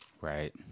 Right